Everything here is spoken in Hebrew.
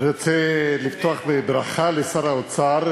אני רוצה לפתוח בברכה לשר האוצר,